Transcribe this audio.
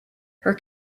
her